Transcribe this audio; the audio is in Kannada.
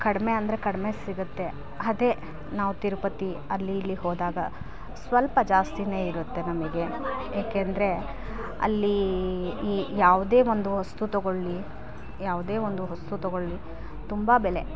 ಕಡಿಮೆ ಅಂದರೆ ಕಡಿಮೆ ಸಿಗುತ್ತೆ ಅದೇ ನಾವು ತಿರುಪತಿ ಅಲ್ಲಿ ಇಲ್ಲಿ ಹೋದಾಗ ಸ್ವಲ್ಪ ಜಾಸ್ತಿಯೇ ಇರುತ್ತೆ ನಮಗೆ ಏಕೆಂದರೆ ಅಲ್ಲಿ ಈ ಯಾವುದೇ ಒಂದು ವಸ್ತು ತಗೊಳ್ಳಿ ಯಾವುದೇ ಒಂದು ವಸ್ತು ತಗೊಳ್ಳಿ ತುಂಬ ಬೆಲೆ